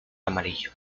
amarillo